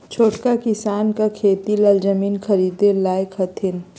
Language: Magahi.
छोटका किसान का खेती ला जमीन ख़रीदे लायक हथीन?